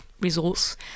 resource